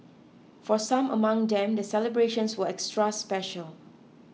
for some among them the celebrations were extra special